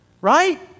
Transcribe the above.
Right